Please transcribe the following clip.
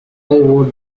who